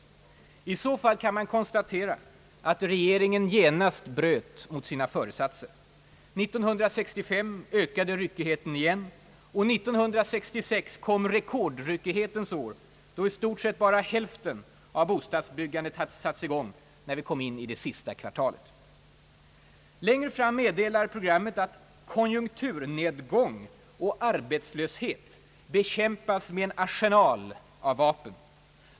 Men om så är fallet kan man konstatera att regeringen genast bröt mot sina föresatser. 1965 ökade ryckigheten igen och 1966 kom rekordryckighetens år, då i stort sett bara hälften av bostadsbyggandet hade satts i gång när vi kom in i det sista kvartalet. Längre fram meddelar programmet att »konjunkturnedgång och arbetslöshet bekämpas med en arsenal av vapen.